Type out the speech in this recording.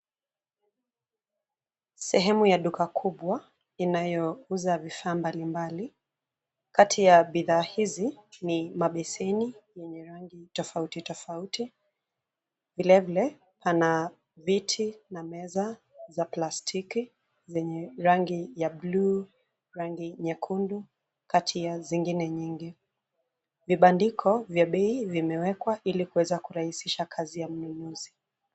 Sehemu ya duka kubwa inayouza vifaa mbalimbali. Kati ya bidhaa hizi ni mabeseni yenye rangi tofauti tofauti. Vile vile pana viti na meza za plastiki zenye rangi ya bluu, rangi nyekundu kati ya zingine nyingi. Vibandiko vya bei vimewekwa ili kuweza kurahishisha kazi ya mnunuzi.